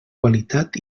qualitat